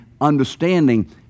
understanding